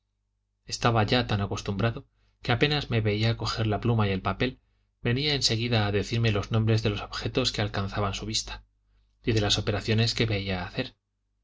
estaba ya tan acostumbrado que apenas me veía coger la pluma y el papel venía en seguida a decirme los nombres de los objetos que alcanzaba su vista y de las operaciones que veía hacer